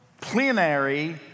Plenary